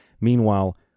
Meanwhile